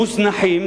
מוזנחים.